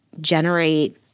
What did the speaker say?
generate